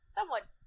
somewhat